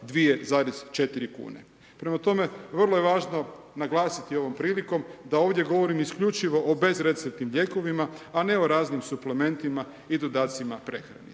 2,4kn. Prema tome, vrlo je važno naglasiti ovom prilikom da ovdje govorim isključivo o bezreceptnim lijekovima a ne o raznim suplementima i dodacima prehrani.